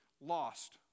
lost